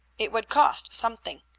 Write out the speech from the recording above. it would cost something,